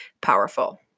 powerful